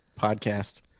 podcast